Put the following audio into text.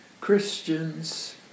Christians